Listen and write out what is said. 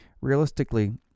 realistically